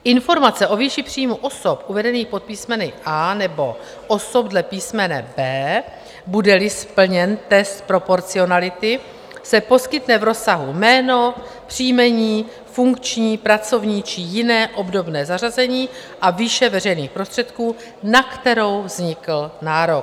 Informace o výši příjmu osob uvedených pod písmeny a) nebo osob dle písmene b), budeli splněn test proporcionality, se poskytne v rozsahu jméno, příjmení, funkční, pracovní či jiné obdobné zařazení a výše veřejných prostředků, na kterou vznikl nárok.